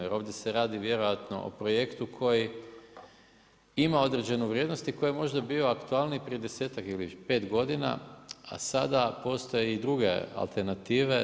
Jer ovdje se radi vjerojatno o projektu koji ima određenu vrijednost i koja možda bio aktualniji prije 10-tak ili 5 godina, a sada postoje i druge alternative.